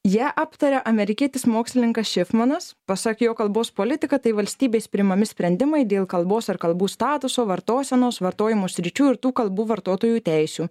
ją aptaria amerikietis mokslininkas šifmanas pasak jo kalbos politika tai valstybės priimami sprendimai dėl kalbos ar kalbų statuso vartosenos vartojimo sričių ir tų kalbų vartotojų teisių